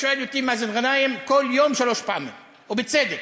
שואל אותי מסעוד גנאים כל יום שלוש פעמים, ובצדק.